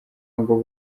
ngo